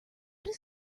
does